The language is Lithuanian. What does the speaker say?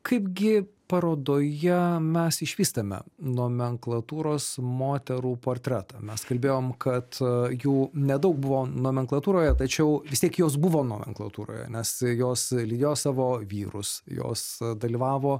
kaip gi parodoje mes išvystame nomenklatūros moterų portretą mes kalbėjom kad jų nedaug buvo nomenklatūroje tačiau vis tiek jos buvo nomenklatūroje nes jos lydėjo savo vyrus jos dalyvavo